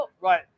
right